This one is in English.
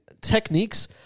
techniques